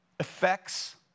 Effects